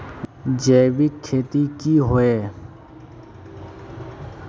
जैविक खेती की होय?